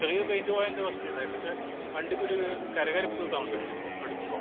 ചെറിയ പെയിൻറ്റ് പോയതിൻ്റെ പ്രശ്നം ഉണ്ടായുള്ളൂ പക്ഷെ വണ്ടിക്ക് ഒരു കരകരപ്പ് സൗണ്ട് ഉണ്ട് ഇപ്പോൾ എടുക്കുമ്പോൾ